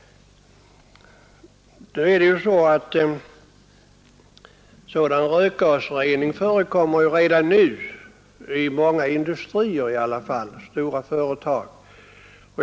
Rökgasrening förekommer redan nu vid många industrier och stora företag.